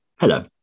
Hello